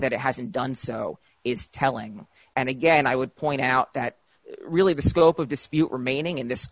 that it hasn't done so is telling and again i would point out that really the scope of this few remaining in this